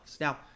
Now